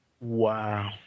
Wow